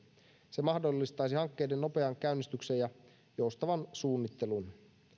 se mahdollistaisi hankkeiden nopean käynnistyksen ja joustavan suunnittelun